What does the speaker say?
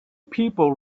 people